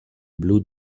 blue